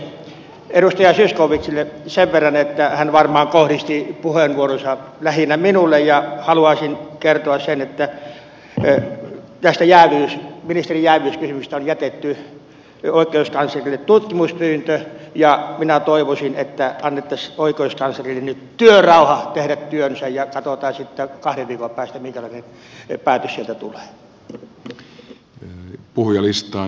edustaja zyskowiczille sen verran että hän varmaan kohdisti puheenvuoronsa lähinnä minulle ja haluaisin kertoa sen että tästä ministerin jääviyskysymyksestä on jätetty oikeuskanslerille tutkimuspyyntö ja minä toivoisin että annettaisiin oikeuskanslerille nyt työrauha tehdä työnsä ja katsotaan sitten kahden viikon päästä minkälainen päätös sieltä tulee